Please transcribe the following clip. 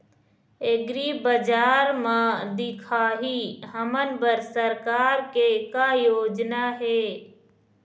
एग्रीबजार म दिखाही हमन बर सरकार के का योजना हे?